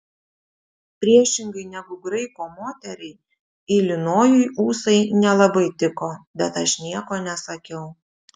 priešingai negu graiko moteriai ilinojui ūsai nelabai tiko bet aš nieko nesakiau